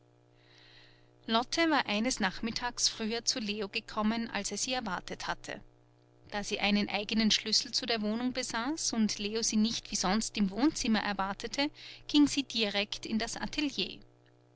lotte war eines nachmittags früher zu leo gekommen als er sie erwartet hatte da sie einen eigenen schlüssel zu der wohnung besaß und leo sie nicht wie sonst im wohnzimmer erwartete ging sie direkt in das atelier